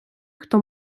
хто